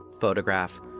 photograph—